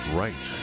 right